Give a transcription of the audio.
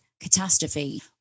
catastrophe